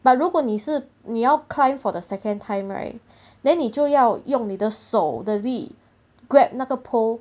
but 如果你是你要 climb for the second time right then 你就要用你的手的力 grab 那个 pole